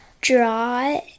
draw